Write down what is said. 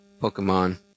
pokemon